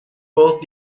both